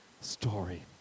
story